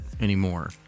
anymore